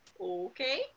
okay